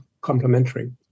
complementary